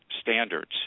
standards